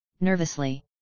nervously